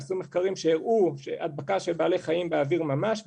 נעשו מחקרים שהראו הדבקה של בעלי חיים באוויר ממש,